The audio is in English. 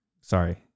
sorry